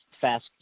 fast